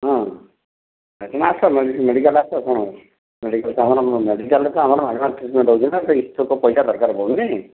ହଁ ତୁମେ ଆସ ମେଡିକାଲ୍ ଆସ କ'ଣ ମେଡିକାଲ୍ରେ ତ ଆମର ମେଡିକାଲ୍ରେ ତ ଆମର ମାଗଣା ଟ୍ରିଟ୍ମେଣ୍ଟ୍ ହେଉଛି ନା ପଇସା ଦରକାର ପଡ଼ୁନି